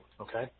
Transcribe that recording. okay